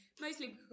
mostly